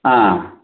आम्